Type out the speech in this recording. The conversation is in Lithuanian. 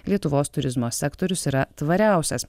lietuvos turizmo sektorius yra tvariausias